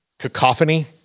cacophony